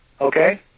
okay